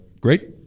great